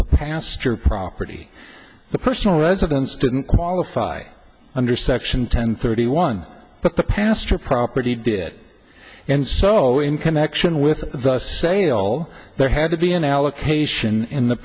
the pasture property the personal residence didn't qualify under section ten thirty one but the pasture property did and so in connection with the sale there had to be an allocation in the